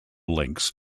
links